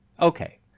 Okay